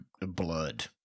blood